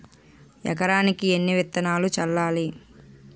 ఎకరానికి ఎన్ని విత్తనాలు చల్లాలి?